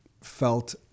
felt